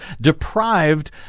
deprived